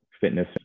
fitness